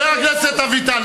חבר הכנסת אביטל,